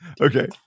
Okay